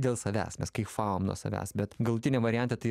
dėl savęs mes kaifavom nuo savęs bet galutinį variantą tai